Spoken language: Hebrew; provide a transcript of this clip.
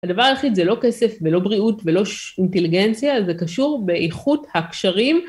הדבר היחיד זה לא כסף ולא בריאות ולא אינטליגנציה, זה קשור באיכות הקשרים.